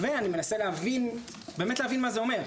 ואני מנסה להבין מה זה אומר,